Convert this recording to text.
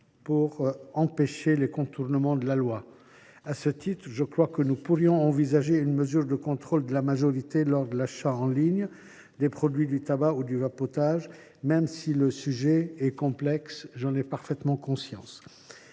pour empêcher les contournements de la loi. À ce titre, je crois que nous pourrions envisager une mesure de contrôle de la majorité lors de l’achat en ligne des produits du tabac ou du vapotage, même si le sujet est complexe, j’en ai conscience.